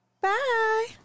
Bye